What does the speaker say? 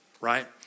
right